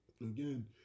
again